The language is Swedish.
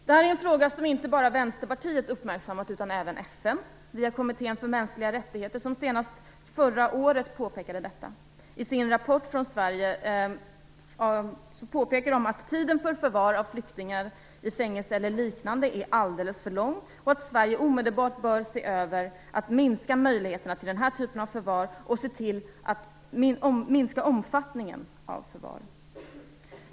Detta är en fråga som inte bara Vänsterpartiet uppmärksammat utan även FN via kommittén för mänskliga rättigheter, som senast förra året påpekade i sin rapport från Sverige att tiden för förvar av flyktingar i fängelse eller liknande är alldeles för lång och att Sverige omedelbart bör se över möjligheterna att minska den här typen av förvar och minska omfattningen av förvar.